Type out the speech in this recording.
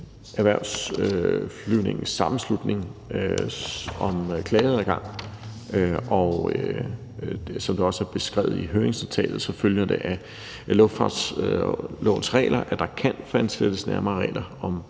Erhvervsflyvningens Sammenslutning og klageadgang. Som der også er beskrevet i høringsnotatet, følger det af luftfartslovens regler, at der kan fastsættes nærmere regler om